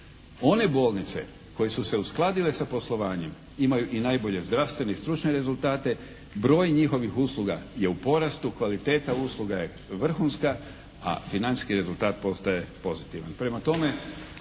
One bolnice koje su se uskladile sa poslovanjem imaju i najbolje zdravstvene i stručne rezultate. Broj njihovih usluga je u porastu, kvaliteta usluga je vrhunska, a financijski rezultat postaje pozitivan.